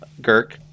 Girk